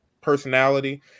personality